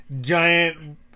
giant